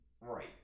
Right